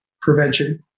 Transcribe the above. prevention